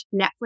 Netflix